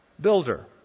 builder